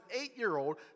eight-year-old